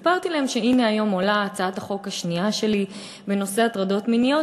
סיפרתי להם שהנה היום עולה הצעת החוק השנייה שלי בנושא הטרדות מיניות,